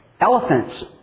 elephants